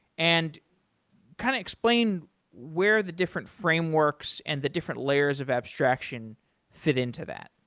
and kind of explain where the different frameworks and the different layers of abstraction fit into that.